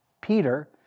Peter